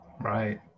right